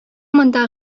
монда